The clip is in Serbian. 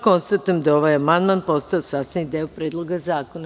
Konstatujem da je ovaj amandman postao sastavni deo Predloga zakona.